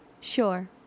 Sure